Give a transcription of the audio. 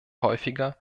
häufiger